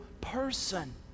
person